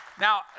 Now